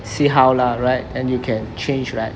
see how lah right and you can change right